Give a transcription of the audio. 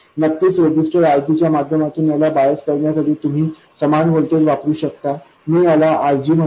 नक्कीच resistor RG च्या माध्यमातून याला बायस करण्यासाठी तुम्ही समान बायस व्होल्टेज वापरु शकता मी याला RG म्हणतो